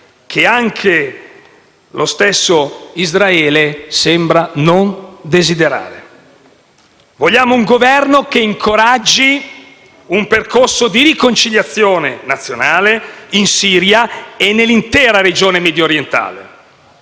che anche lo stesso Israele sembra non desiderare. Vogliamo un Governo che incoraggi un percorso di riconciliazione nazionale in Siria e nell'intera regione mediorientale